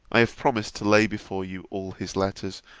i have promised to lay before you all his letters,